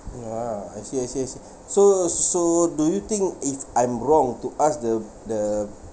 ya I see I see I see so so do you think if I'm wrong to ask the the